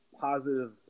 positive